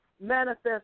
manifest